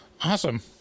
Awesome